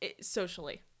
Socially